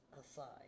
aside